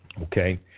Okay